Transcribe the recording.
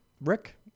Rick